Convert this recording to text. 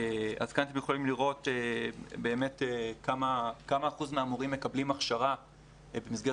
אז כאן אתם יכולים לראות כמה אחוז מהמורים מקבלים הכשרה במסגרת